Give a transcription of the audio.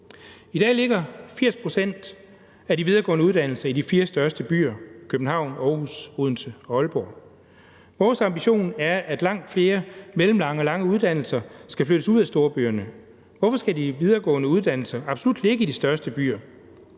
I dag ligger 80 pct. af de videregående uddannelser i de fire største byer, København, Aarhus, Odense og Aalborg. Vores ambition er, at langt flere mellemlange og lange uddannelser skal flyttes ud af storbyerne. Hvorfor skal de videregående uddannelser absolut ligge i de største byer?